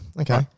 Okay